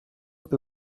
peu